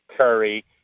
Curry